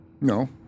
No